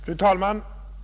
Fru talman!